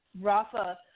rafa